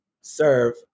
serve